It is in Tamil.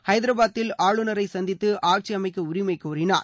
ஹைதராபாதில் ஆளுநரை சந்தித்து ஆட்சி அமைக்க உரிமைகோரினார்